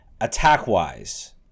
attack-wise